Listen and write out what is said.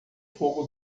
fogo